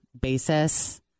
basis